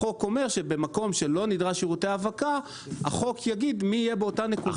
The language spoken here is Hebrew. החוק אומר שבמקום שלא נדרש שירותי האבקה החוק יגיד מי יהיה באותה נקודה.